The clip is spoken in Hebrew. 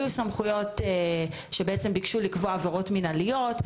היו סמכויות שביקשו לקבוע עבירות מינהליות,